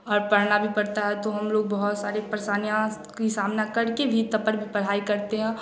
और पढ़ना भी पड़ता है तो हम लोग बहोत सारे परेशानियाँ की सामना करके भी तब पर भी पढ़ाई करते हैं